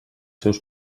seus